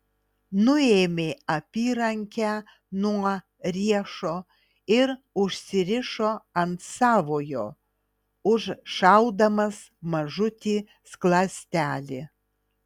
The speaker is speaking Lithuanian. nuėmė apyrankę nuo riešo ir užsirišo ant savojo užšaudamas mažutį skląstelį